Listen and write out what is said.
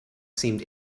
seemed